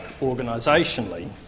organisationally